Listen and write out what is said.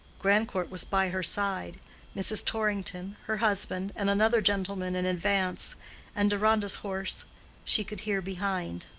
grandcourt was by her side mrs. torrington, her husband, and another gentleman in advance and deronda's horse she could hear behind.